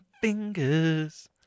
fingers